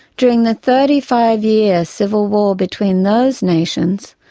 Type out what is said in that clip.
during the thirty five year civil war between those nations,